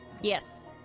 Yes